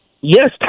Yes